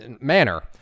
manner